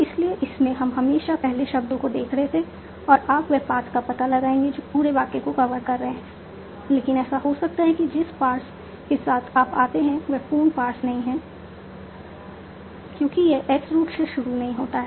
इसलिए इसमें हम हमेशा पहले शब्दों को देख रहे हैं और आप वे पाथ का पता लगाएंगे जो पूरे वाक्य को कवर कर रहे हैं लेकिन ऐसा हो सकता है कि जिस पार्स के साथ आप आते हैं वह पूर्ण पार्स नहीं है क्योंकि यह S रूट से शुरू नहीं होता है